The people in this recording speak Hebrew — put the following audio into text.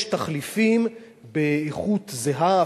יש תחליפים באיכות זהה,